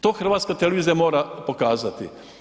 To HRT mora pokazati.